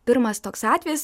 pirmas toks atvejis